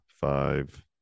five